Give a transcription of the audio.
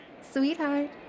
sweetheart